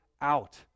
out